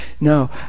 No